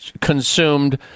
consumed